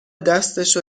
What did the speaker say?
دستشو